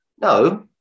No